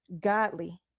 godly